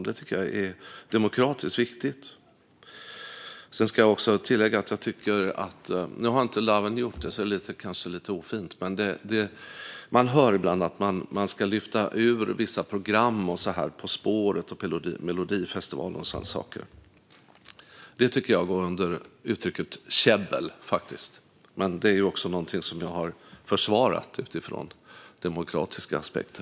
Det är demokratiskt viktigt. Jag ska också tillägga något. Nu har inte Lawen Redar sagt det, så det är kanske lite ofint att nämna det. Man hör ibland att man ska lyfta ut vissa program, På spåret , M e lodifestivalen och sådana saker. Det tycker jag går under uttrycket käbbel. Men det är också någonting som jag här i dag har försvarat utifrån demokratiska aspekter.